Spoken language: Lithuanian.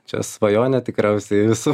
čia svajonė tikriausiai visų